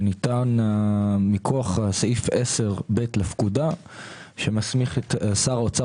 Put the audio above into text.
שניתן מכוח סעיף 10(ב) לפקודה שמסמיך את שר האוצר